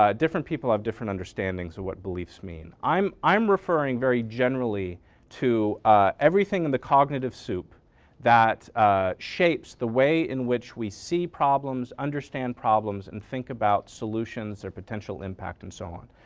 ah different people have different understandings of what beliefs mean. i'm i'm referring very generally to everything in the cognitive sup that ah shapes the way in which we see problems, understand problems and think about solutions or potential impact and so on.